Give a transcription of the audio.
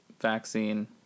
vaccine